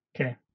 okay